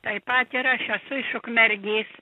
taip pat ir aš esu iš ukmergės